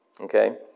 okay